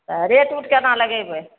तऽ रेट उट कोना लगेबै